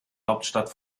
hauptstadt